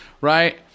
right